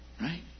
Right